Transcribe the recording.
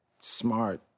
smart